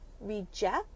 reject